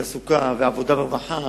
התעסוקה והעבודה והרווחה